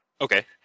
Okay